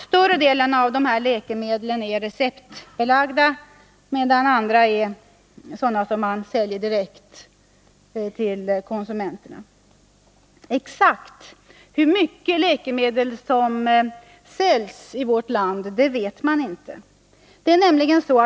Större delen av de här läkemedlen är receptbelagda, medan andra är sådana som man säljer direkt till konsumenterna. Exakt hur mycket läkemedel som säljs i landet vet man inte.